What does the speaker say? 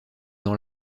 dans